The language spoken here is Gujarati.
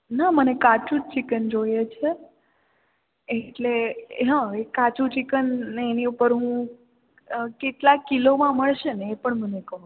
ના મને કાચું જ ચિકન જોઈએ છે એટલે હં એ કાચું ચિકન ને એની ઉપર હું કેટલા કિલોમાં મળશે ને એ પણ મને કહો